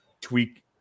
tweak